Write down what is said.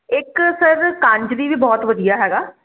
ਇੱਕ ਸਰ ਕਾਂਚ ਦੀ ਵੀ ਬਹੁਤ ਵਧੀਆ ਹੈਗਾ